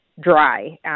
dry